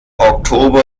oktober